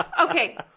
Okay